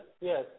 yes